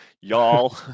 y'all